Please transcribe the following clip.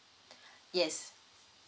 yes